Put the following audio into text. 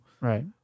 Right